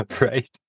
Right